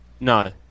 No